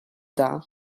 dan